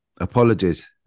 apologies